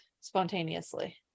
spontaneously